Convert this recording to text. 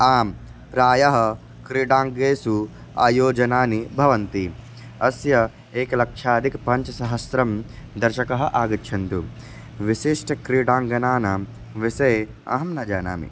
आं प्रायः क्रीडाङ्गणेषु आयोजनानि भवन्ति अस्य एकलक्षाधिकं पञ्चसहस्रं दर्शकाः आगच्छन्तु विशिष्ट क्रीडाङ्गणानां विषये अहं न जानामि